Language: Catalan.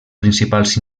principals